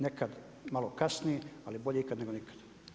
Nekad malo kasnije, ali bolje ikad nego nikad.